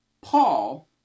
Paul